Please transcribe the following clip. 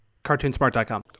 CartoonSmart.com